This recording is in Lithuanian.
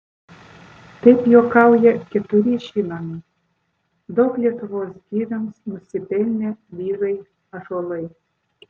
taip juokauja keturi žinomi daug lietuvos girioms nusipelnę vyrai ąžuolai